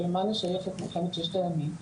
ולמה נשייך את מלחמת ששת הימים?